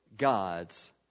God's